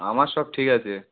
আমার সব ঠিক আছে